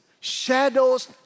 Shadows